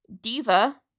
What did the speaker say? Diva